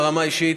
ברמה האישית,